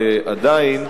ועדיין,